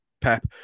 Pep